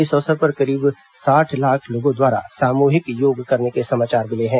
इस अवसर पर करीब साठ लाख लोगों द्वारा सामूहिक योग करने के समाचार मिले हैं